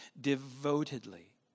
devotedly